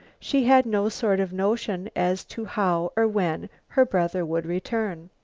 she had no sort of notion as to how or when her brother would return.